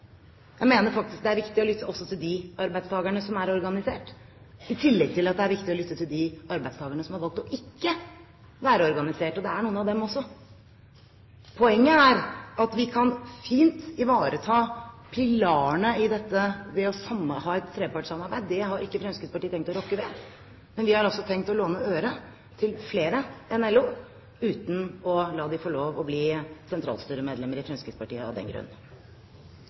Jeg mener faktisk det er viktig å lytte også til de arbeidstakerne som er organisert, i tillegg til at det er viktig å lytte til de arbeidstakerne som har valgt å ikke være organisert, og det er noen av dem også. Poenget er at vi kan fint ivareta pilarene i dette ved å ha et trepartssamarbeid – det har ikke Fremskrittspartiet tenkt å rokke ved – men vi har også tenkt å låne øre til flere enn LO, uten å la dem få lov til å bli sentralstyremedlemmer i Fremskrittspartiet av den grunn.